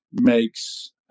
makes